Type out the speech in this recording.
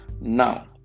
Now